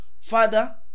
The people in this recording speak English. Father